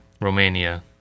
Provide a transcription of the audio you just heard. romania